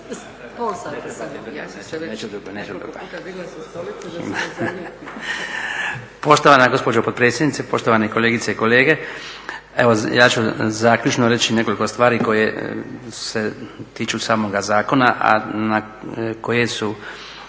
Poštovana gospođo potpredsjednice, poštovane kolegice i kolege. Evo ja ću zaključno reći nekoliko stvari koje se tiču samoga zakona, a koje su